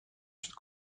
przed